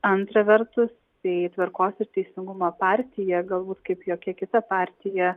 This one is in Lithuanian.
antra vertus tai tvarkos ir teisingumo partija galbūt kaip jokia kita partija